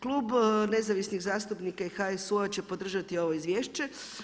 Klub nezavisnih zastupnika i HSU-a će podržati ovo izvješće.